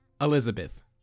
Elizabeth